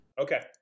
Okay